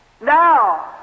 Now